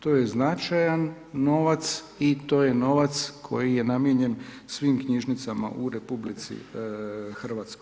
To je značajan novac i to je novac koji je namijenjen svim knjižnicama u RH.